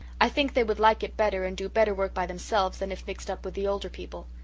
i think they would like it better and do better work by themselves than if mixed up with the older people.